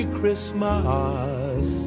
Christmas